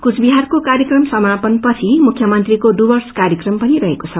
कुवबिझरको कार्यक्रम समापनपछि मुयमंत्रीको डुवेस कार्यक्रम पनि रहेको छ